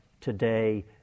Today